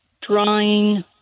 drawing